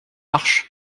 marche